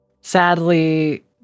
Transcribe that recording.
sadly